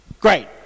Great